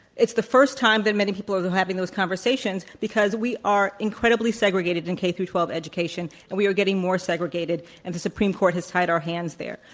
it's the first time that many people are having those conversations because we are incredibly segregated in k through twelve education and we are getting more segregated and the supreme court has tied our hands there.